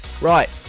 Right